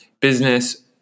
business